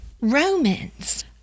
Romans